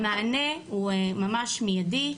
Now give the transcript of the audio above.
המענה הוא ממש מידי,